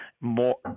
more